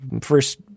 first